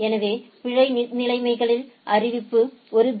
எனவே பிழை நிலைமைகளின் அறிவிப்பு ஒரு பி